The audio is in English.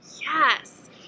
Yes